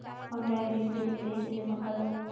Online बिजली bill कइसे जमा करव?